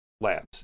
labs